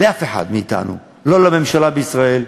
לאף אחד מאתנו, לא לממשלה בישראל,